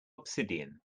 obsidian